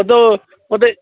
மொத்தம் மொத்தம்